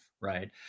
right